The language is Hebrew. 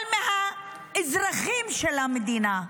אבל מהאזרחים של המדינה,